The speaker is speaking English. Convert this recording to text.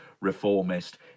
reformist